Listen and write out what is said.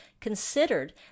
considered